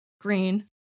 green